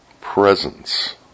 presence